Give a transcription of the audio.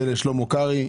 ולשלמה קרעי,